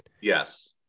Yes